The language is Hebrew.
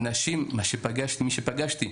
מי שפגשתי,